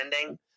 ending –